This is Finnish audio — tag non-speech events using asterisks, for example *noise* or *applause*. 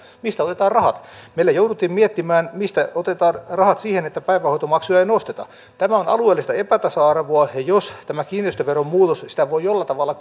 mistä otetaan rahat meillä jouduttiin miettimään mistä otetaan rahat siihen että päivähoitomaksuja ei nosteta tämä on alueellista epätasa arvoa ja jos tämä kiinteistöveron muutos sitä voi jollain tavalla *unintelligible*